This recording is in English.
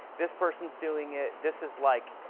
this persons doing it. this is like,